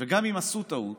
וגם אם עשו טעות,